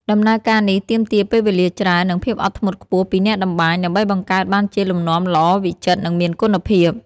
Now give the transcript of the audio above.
ដំណើរការនេះទាមទារពេលវេលាច្រើន និងភាពអត់ធ្មត់ខ្ពស់ពីអ្នកតម្បាញ ដើម្បីបង្កើតបានជាលំនាំល្អវិចិត្រ និងមានគុណភាព។